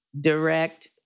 direct